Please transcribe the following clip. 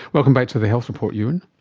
welcome back to the health report, euan.